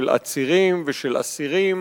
של עצירים ושל אסירים,